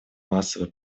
массовые